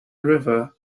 river